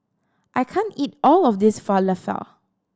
I can't eat all of this Falafel